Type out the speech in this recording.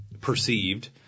perceived